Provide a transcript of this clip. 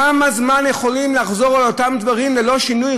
כמה זמן יכולים לחזור על אותם דברים ללא שינוי?